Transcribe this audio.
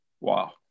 Wow